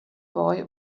boy